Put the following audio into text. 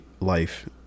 life